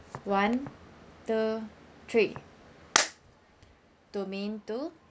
one two three domain two